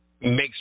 makes